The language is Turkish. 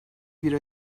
bir